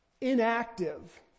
inactive